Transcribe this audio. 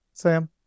Sam